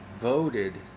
voted